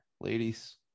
ladies